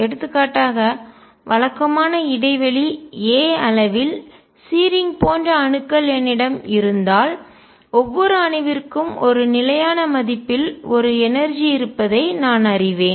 எடுத்துக்காட்டாக வழக்கமான இடைவெளி a அளவில் சீரிங் போன்ற அணுக்கள் என்னிடம் இருந்தால் ஒவ்வொரு அணுவிற்கும் ஒரு நிலையான மதிப்பில் ஒரு எனர்ஜிஆற்றல் இருப்பதை நான் அறிவேன்